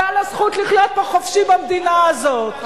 ועל הזכות לחיות פה חופשי במדינה הזאת.